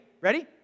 Ready